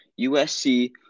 USC